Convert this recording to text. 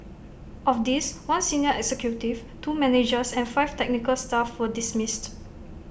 of these one senior executive two managers and five technical staff were dismissed